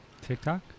TikTok